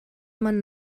man